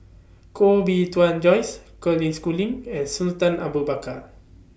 Koh Bee Tuan Joyce Colin Schooling and Sultan Abu Bakar